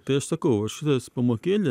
tai aš sakau šitas pamokėlė